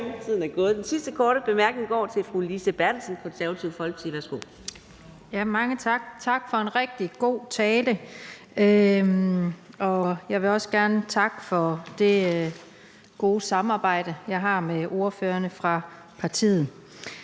Den sidste korte bemærkning går til fru Lise Bertelsen, Det Konservative Folkeparti. Værsgo. Kl. 14:42 Lise Bertelsen (KF): Mange tak. Tak for en rigtig god tale. Jeg vil også gerne takke for det gode samarbejde, jeg har med ordførererne fra partiet.